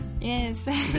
yes